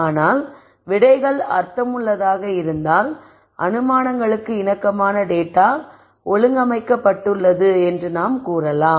ஆனால் விடைகள் அர்த்தமுள்ளதாக இருந்தால் அனுமானங்களுக்கு இணக்கமாக டேட்டா ஒழுங்கமைக்கப்பட்டுள்ளது என்று நாம் கூறலாம்